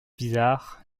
bizarre